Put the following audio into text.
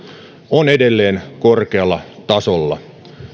on edelleen korkealla tasolla